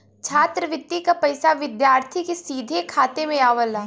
छात्रवृति क पइसा विद्यार्थी के सीधे खाते में आवला